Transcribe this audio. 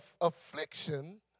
affliction